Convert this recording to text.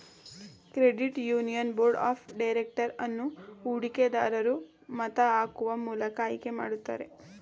credit union board of director ಅನ್ನು ಹೂಡಿಕೆ ದರೂರು ಮತ ಹಾಕುವ ಮೂಲಕ ಆಯ್ಕೆ ಮಾಡುತ್ತಾರೆ